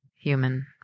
Human